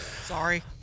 sorry